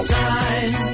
time